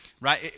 right